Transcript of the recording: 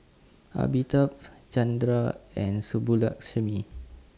Amitabh Chandra and Subbulakshmi